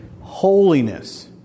Holiness